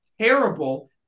terrible